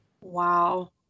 Wow